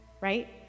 right